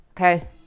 Okay